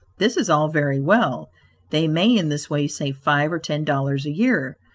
this is all very well they may in this way save five or ten dollars a year,